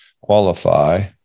qualify